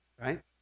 right